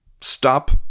stop